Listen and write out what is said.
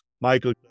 Michael